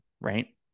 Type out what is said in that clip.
right